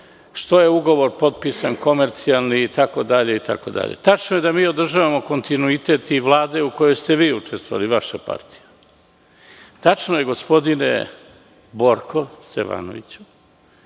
što je ugovor potpisan komercijalni itd? Tačno je da mi održavamo kontinuitet Vlade u kojoj ste vi učestvovali, vaša partija. Tačno je, gospodine Borko Stefanoviću,